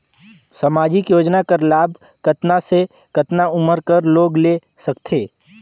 समाजिक योजना कर लाभ कतना से कतना उमर कर लोग ले सकथे?